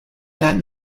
that